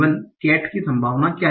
cat की संभावना क्या है